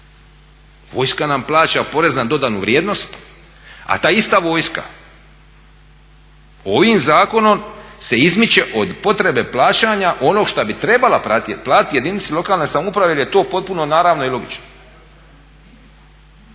vojska nam plaća porez na dodanu vrijednost. A ta ista vojska ovim zakonom se izmiče od potrebe plaćanja onog šta bi trebala platiti jedinici lokalne samouprave jer je to potpuno naravno i logično.